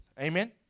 Amen